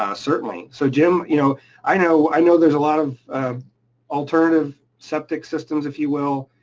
ah certainly. so jim, you know i know i know there's a lot of alternative septic systems, if you will,